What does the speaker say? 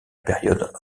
période